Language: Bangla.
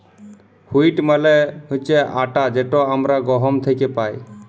হুইট মালে হছে আটা যেট আমরা গহম থ্যাকে পাই